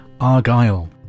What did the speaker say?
argyle